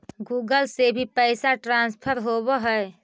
Google से भी पैसा ट्रांसफर होवहै?